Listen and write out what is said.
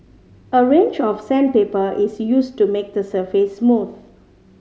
a range of sandpaper is used to make the surface smooth